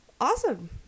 awesome